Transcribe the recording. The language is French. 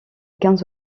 quinze